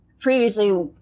previously